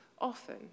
often